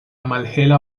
malhela